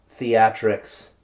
Theatrics